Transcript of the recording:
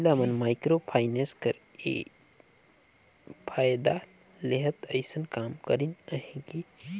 महिला मन microfinance कर फएदा लेहत अइसन काम करिन अहें कि